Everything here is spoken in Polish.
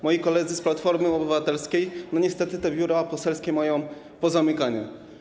Moi koledzy z Platformy Obywatelskiej niestety te biura poselskie mają pozamykane.